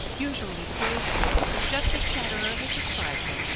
usually the gray squirrel is just as chatterer has described him,